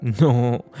No